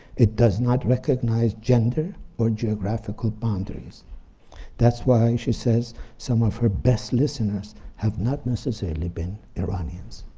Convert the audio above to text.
it does not recognize gender or geographical boundaries that's why she says some of her best listeners have not necessarily been iranians.